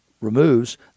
removes